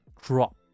drop